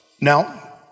Now